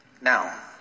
Now